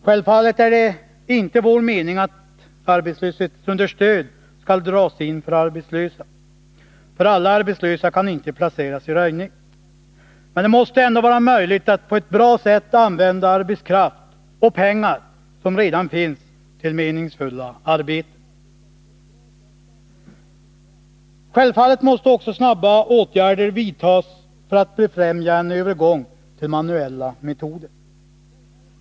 Självfallet är det inte vår mening att arbetslöshetsunderstöd skall dras in för arbetslösa — alla arbetslösa kan inte placeras i röjningsarbete — men det måste vara möjligt att på ett bra sätt använda den arbetskraft och de pengar som redan finns till meningsfulla arbeten. Självfallet måste också snabba åtgärder vidtas för att främja en övergång till manuella metoder.